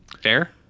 fair